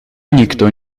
никто